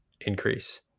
increase